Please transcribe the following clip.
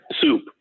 soup